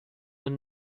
اون